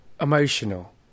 emotional